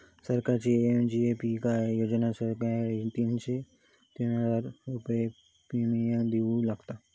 सरकारची पी.एम.जे.जे.बी.आय योजनेच्या सदस्यांका तीनशे तीनशे रुपये प्रिमियम देऊचा लागात